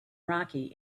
rocky